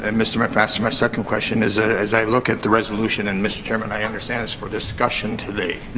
and mister mcmaster, my second question. as ah as i look at the resolution. and, mister chairman, i understand it's for discussion today.